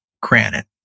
granite